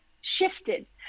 shifted